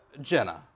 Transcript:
Jenna